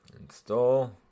Install